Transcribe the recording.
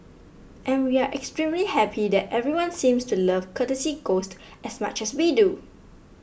and we extremely happy that everyone seems to love Courtesy Ghost as much as we do